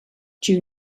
due